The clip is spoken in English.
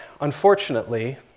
unfortunately